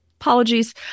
Apologies